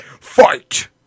Fight